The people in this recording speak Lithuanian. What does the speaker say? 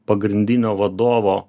pagrindinio vadovo